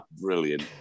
Brilliant